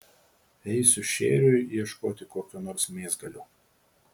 eisiu šėriui ieškoti kokio nors mėsgalio